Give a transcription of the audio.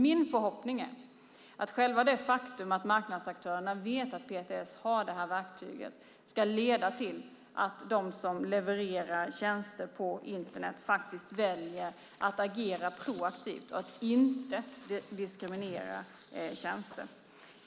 Min förhoppning är att själva det faktum att marknadsaktörerna vet att PTS har detta verktyg ska leda till att de som levererar tjänster på Internet faktiskt väljer att agera proaktivt och att inte diskriminera tjänster.